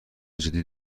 جدی